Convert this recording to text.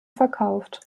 verkauft